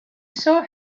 saw